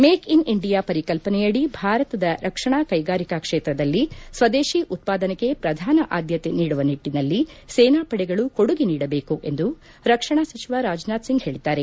make in India ಪರಿಕಲ್ಪನೆಯಡಿ ಭಾರತದ ರಕ್ಷಣಾ ಕೈಗಾರಿಕಾ ಕ್ಷೇತ್ರದಲ್ಲಿ ಸ್ವದೇಶಿ ಉತ್ಪಾದನೆಗೆ ಪ್ರಧಾನ ಆದ್ಯತೆ ನೀಡುವ ನಿಟ್ಲಿನಲ್ಲಿ ಸೇನಾಪಡೆಗಳು ಕೊಡುಗೆ ನೀಡಬೇಕು ಎಂದು ರಕ್ಷಣಾ ಸಚಿವ ರಾಜನಾಥ್ ಸಿಂಗ್ ಹೇಳಿದ್ದಾರೆ